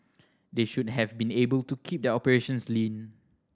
they should have been able to keep their operations lean